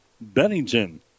Bennington